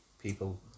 People